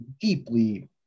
deeply